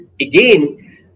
again